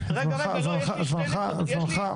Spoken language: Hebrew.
זמנך תם.